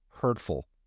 Hurtful